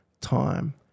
time